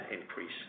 increase